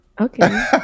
okay